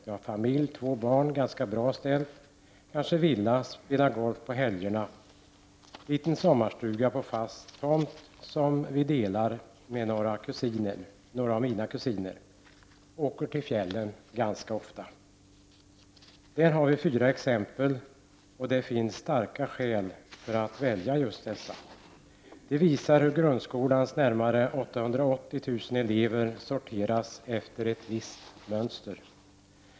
Jag har familj, två barn, ganska bra ställt, kanske villa, spelar golf på helgerna, liten sommarstuga på en tomt som vi delar med mina kusiner, åker till fjällen ganska ofta.” Det här var fyra exempel, och det finns starka skäl för att välja just dessa. De visar hur grundskolans närmare 880 000 elever sorteras efter ett visst mönster.